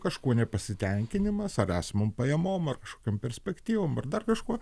kažkuo nepasitenkinimas ar esamom pajamom ar kažkokiom perspektyvom ar dar kažkuo